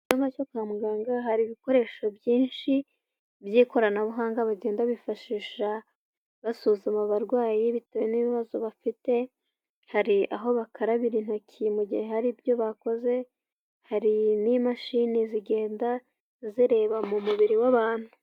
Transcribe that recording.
Ikibazo cyo kwa muganga hari ibikoresho byinshi by'ikoranabuhanga bagenda bifashisha basuzuma abarwayi bitewe n'ibibazo bafite hari aho bakarabira intoki mu gihe hari ibyo bakoze hari n'imashini zigenda zireba mu mubiri w'abantu.